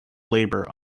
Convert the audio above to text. labor